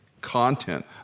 content